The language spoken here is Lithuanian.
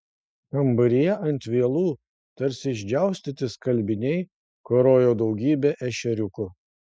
kambaryje ant vielų tarsi išdžiaustyti skalbiniai karojo daugybė ešeriukų